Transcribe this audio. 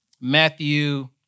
Matthew